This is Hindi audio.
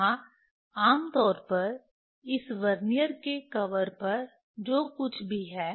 यहाँ आम तौर पर इस वर्नियर के कवर पर जो कुछ भी है